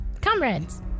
comrades